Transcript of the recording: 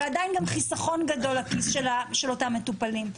אבל עדיין גם חיסכון גדול לכיס של אותם מטופלים.